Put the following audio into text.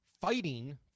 fighting